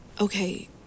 okay